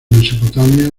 mesopotamia